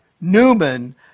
Newman